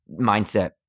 mindset